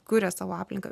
kuria savo aplinką